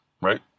Right